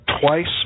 twice